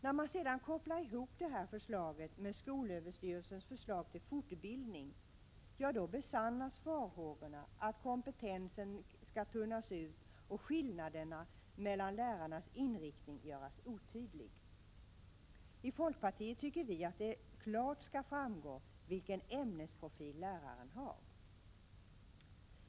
När man sedan kopplar ihop detta förslag med skolöverstyrelsens förslag till fortbildning besannas farhågorna att kompetensen skall tunnas ut och skillnaderna mellan lärarnas inriktning göras otydlig. I folkpartiet tycker vi att det klart skall framgå vilken ämnesprofil läraren har.